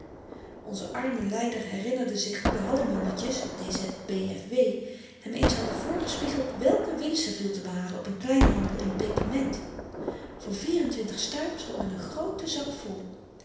onze arme lyder herinnerde zich hoe de hallemannetjes d z b f w hem eens hadden voorgespiegeld welke winst er viel te behalen op n kleinhandel in peperment voor vierentwintig stuivers had men n grooten zak vol